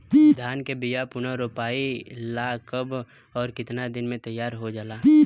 धान के बिया पुनः रोपाई ला कब और केतना दिन में तैयार होजाला?